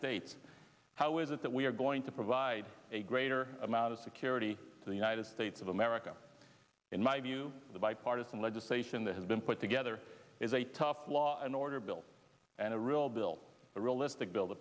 states how is it that we are going to provide a greater amount of security to the united states of america in my view the bipartisan legislation that has been put together is a tough law and order bill and a real bill a realistic bil